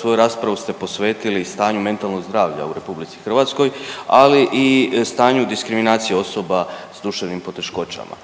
svoju raspravu ste posvetili stanju mentalnog zdravlja u RH, ali i stanju diskriminacije osoba s duševnim poteškoćama.